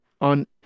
on